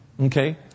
Okay